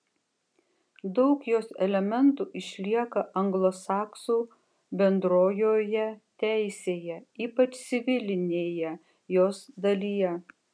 daug jos elementų išlieka anglosaksų bendrojoje teisėje ypač civilinėje jos dalyje